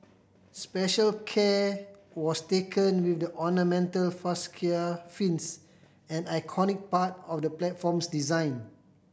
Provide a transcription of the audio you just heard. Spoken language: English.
special care was taken with the ornamental fascia fins an iconic part of the platform's design